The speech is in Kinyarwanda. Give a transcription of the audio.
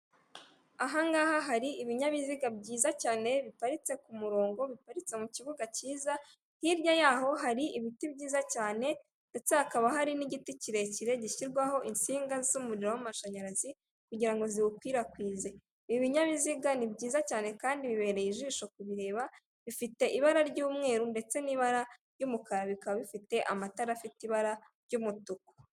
Aha ngaha hari ibinyabiziga byiza cyane biparitse ku murongo, biparitse mu kibuga cyiza, hirya y'aho hari ibiti byiza cyane ndetse hakaba hari n'igiti kirekire gishyirwaho insinga z'umuriro w'amashanyarazi kugira ngo ziwukwirakwize. Ibinyabiziga ni byiza cyane kandi bibereye ijisho kubireba, bifite ibara ry'umweru ndetse n'ibara ry'umukara, bikaba bifite amatara afite ibara ry'umutuku.